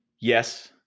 Yes